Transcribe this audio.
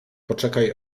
poczekaj